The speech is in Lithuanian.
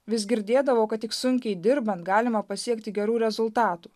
vis girdėdavau kad tik sunkiai dirbant galima pasiekti gerų rezultatų